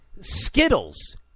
Skittles